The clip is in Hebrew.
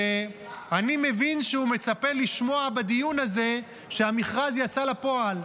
ואני מבין שהוא מצפה לשמוע בדיון הזה שהמכרז יצא לפועל.